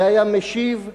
והיה משיב: